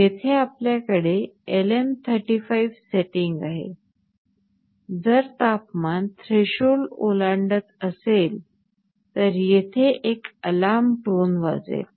येथे आपल्याकडे LM35 setting आहे जर तापमान थ्रेशोल्ड ओलांडत असेल तर येथे एक अलार्म टोन वाजेल